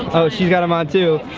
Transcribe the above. oh she got them on too,